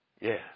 Yes